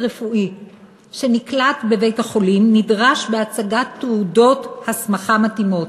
רפואי שנקלט בבית-החולים נדרש להציג תעודות הסמכה מתאימות.